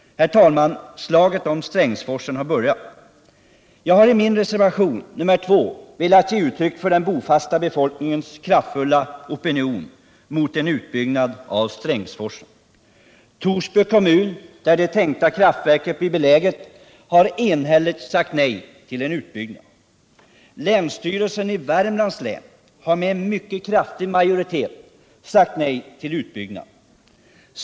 Herr talman! Slaget om Strängsforsen har börjat. Jag har i min reservation nr 2 velat ge uttryck för den bofasta befolkningens kraftfulla opinion mot en utbyggnad av Strängsforsen. Torsby kommun, där det tänkta kraftverket blir beläget, har enhälligt sagt nej till en utbyggnad. Länsstyrelsen i Värmlands län har med en mycket kraftig majoritet sagt nej till utbyggnad.